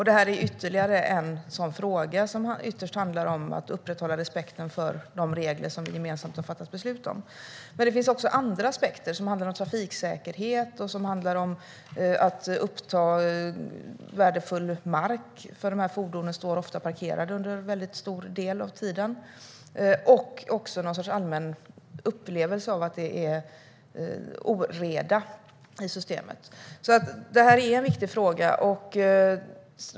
Det här är ytterligare en sådan fråga. Ytterst handlar det om att upprätthålla respekten för de regler som vi gemensamt har fattat beslut om. Men det finns också andra aspekter. Det handlar om trafiksäkerhet och om att uppta värdefull mark; de här fordonen står ofta parkerade under en väldigt stor del av tiden. Det handlar också om någon sorts allmän upplevelse av att det är oreda i systemet. Det här är alltså en viktig fråga.